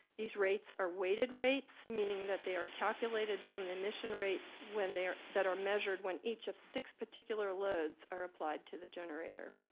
these rates are weighted rates, meaning that they are calculated from the emission rates when they're that are measured when each of six particular loads are applied to the generator.